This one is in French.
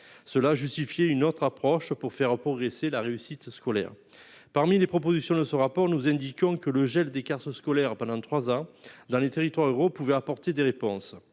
Cela justifier une autre approche pour faire progresser la réussite scolaire. Parmi les propositions de ce rapport nous indiquant que le gel des cartes scolaires pendant 3 ans dans les territoires ruraux pouvaient apporter des réponses.